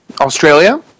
Australia